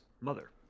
mother